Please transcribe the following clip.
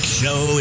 show